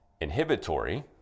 Inhibitory